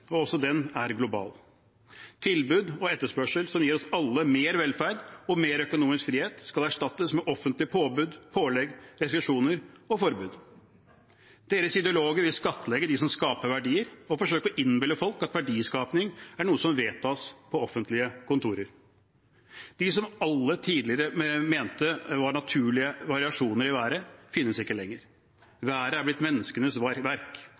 og også den er global. Tilbud og etterspørsel, som gir oss alle mer velferd og mer økonomisk frihet, skal erstattes med offentlige påbud, pålegg, restriksjoner og forbud. Deres ideologer vil skattlegge dem som skaper verdier, og forsøker å innbille folk at verdiskaping er noe som vedtas på offentlige kontorer. Det alle tidligere mente var naturlige variasjoner i været, finnes ikke lenger. Været er blitt menneskenes verk.